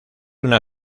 una